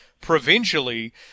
provincially